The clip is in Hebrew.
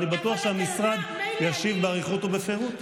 ואני בטוח שהמשרד ישיב באריכות ובפירוט.